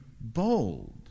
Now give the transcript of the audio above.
bold